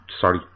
sorry